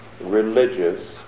religious